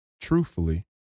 truthfully